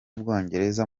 bwongereza